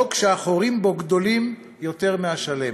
חוק שהחורים בו גדולים יותר מהשלם,